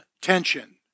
tension